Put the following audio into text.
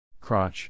crotch